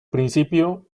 principio